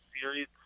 series